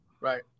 Right